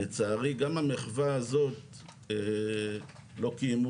לצערי, גם את המחווה הזאת לא קיימו.